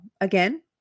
again